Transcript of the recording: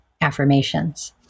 affirmations